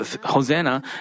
Hosanna